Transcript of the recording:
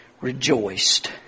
rejoiced